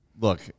Look